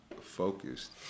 focused